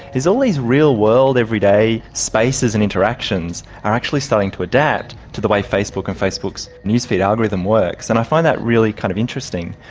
all these real-world, everyday spaces and interactions are actually starting to adapt to the way facebook and facebook's newsfeed algorithm works. and i find that really kind of interesting.